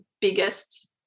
biggest